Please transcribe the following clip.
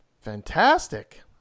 Fantastic